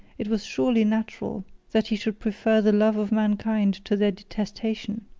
it was surely natural that he should prefer the love of mankind to their detestation,